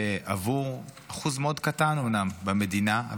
שעבור אחוז קטן מאוד אומנם במדינה,